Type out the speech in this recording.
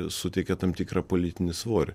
suteikia tam tikrą politinį svorį